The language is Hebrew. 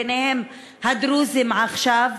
ביניהן הדרוזים עכשיו,